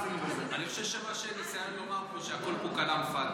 אני חושב שיש ניסיון לומר שהכול כלאם פאדי.